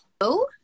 Hello